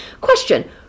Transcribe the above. Question